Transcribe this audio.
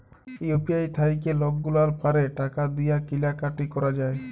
UPI থ্যাইকে লকগুলাল পারে টাকা দিঁয়ে কিলা কাটি ক্যরা যায়